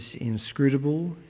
inscrutable